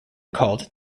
called